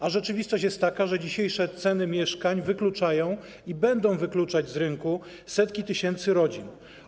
A rzeczywistość jest taka, że dzisiejsze ceny mieszkań wykluczają i będą wykluczać z rynku setki tysięcy rodzin.